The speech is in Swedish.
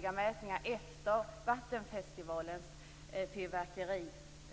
Stockholm gjorde efter vattenfestivalens fyrverkerier.